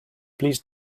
please